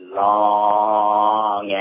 long